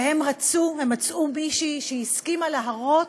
והם רצו ומצאו מישהי שהסכימה להרות